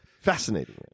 Fascinating